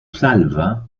salva